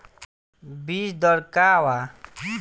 बीज दर का वा?